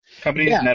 companies